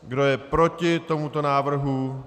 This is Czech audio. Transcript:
Kdo je proti tomuto návrhu?